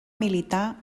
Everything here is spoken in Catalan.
militar